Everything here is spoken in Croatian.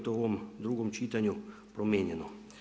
To je u ovom drugom čitanju promijenjeno.